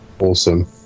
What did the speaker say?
Awesome